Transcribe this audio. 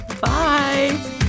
bye